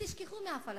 ותשכחו מהפלסטינים.